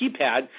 keypad